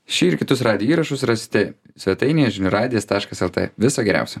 šį ir kitus įrašus rasti svetainėje žinių radijas taškas eltė viso geriausio